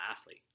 athlete